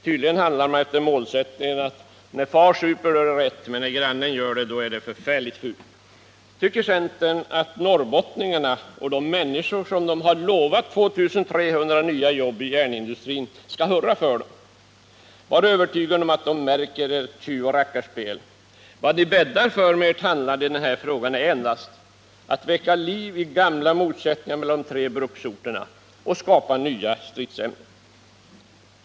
Tydligen handlar man efter målsättningen: När far super är det rätt, men när grannen gör det är det förfärligt fult! Tycker centern att norrbottningarna och de människor som centern har lovat 2 300 nya jobb i järnindustrin skall hurra för centern? Var övertygad om att de märker ert tjyvoch rackarspel. Vad ni bäddar för med ert handlande i denna fråga är endast att det väcks liv i gamla motsättningar mellan de tre bruksorterna och att det skapas nya stridsämnen.